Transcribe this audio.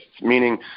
meaning